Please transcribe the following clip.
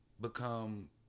become